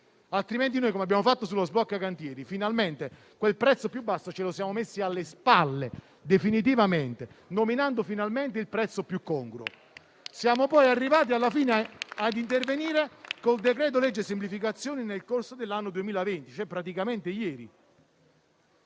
Altrimenti - come avvenuto con lo sblocca-cantieri - finalmente il prezzo più basso ce lo siamo messi alle spalle definitivamente, nominando finalmente il prezzo più congruo. Siamo poi arrivati alla fine a intervenire con il decreto-legge semplificazioni nel corso dell'anno 2020, praticamente ieri.